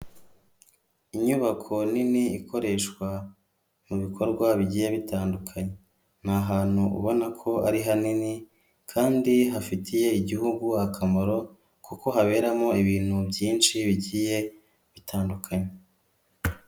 Inyubako nini ikoreshwa mu bikorwa bigiye bitandukanye, ni ahantu ubona ko ari hanini kandi hafitiye igihugu akamaro, kuko haberamo ibintu byinshi bigiye bitandukanye.